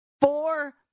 Four